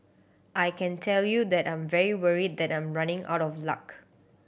I can tell you that I'm very worried that I'm running out of luck